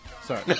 sorry